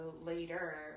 later